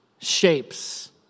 shapes